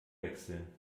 wechseln